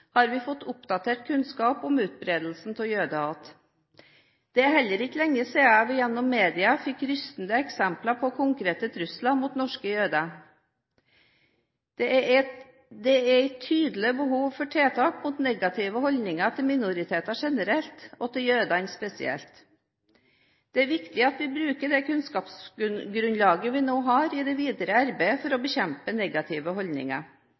har vi fått oppdatert kunnskap om utbredelsen av jødehat. Det er heller ikke lenge siden vi gjennom media fikk rystende eksempler på konkrete trusler mot norske jøder. Det er et tydelig behov for tiltak mot negative holdninger til minoriteter generelt og til jødene spesielt. Det er viktig at vi bruker det kunnskapsgrunnlaget vi nå har, i det videre arbeidet for å bekjempe negative holdninger.